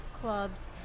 clubs